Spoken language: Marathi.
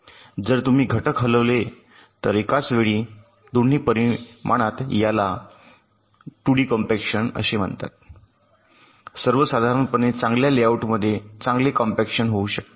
जर तुम्ही घटक हलवले तर एकाच वेळी दोन्ही परिमाणात याला 2d कॉम्पॅक्शन असे म्हणतात सर्वसाधारणपणे चांगल्या लेआउटमध्ये चांगले कॉम्पॅक्शन होऊ शकते